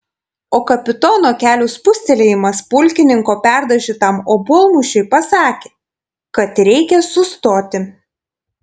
o kapitono kelių spustelėjimas pulkininko perdažytam obuolmušiui pasakė kad reikia sustoti